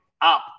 up